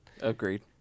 Agreed